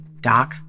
Doc